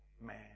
man